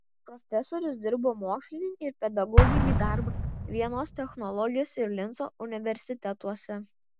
profesorius dirbo mokslinį ir pedagoginį darbą vienos technologijos ir linco universitetuose